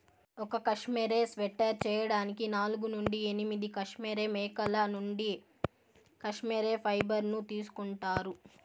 ఒక cashmere sweater చేయడానికి నాలుగు నుండి ఎనిమిది కష్మెరె మేకల నుండి కష్మెరె ఫైబర్ ను తీసుకుంటారు